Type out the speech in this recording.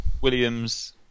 Williams